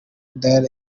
dar